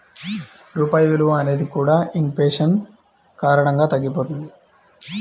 రూపాయి విలువ అనేది కూడా ఇన్ ఫేషన్ కారణంగా తగ్గిపోతది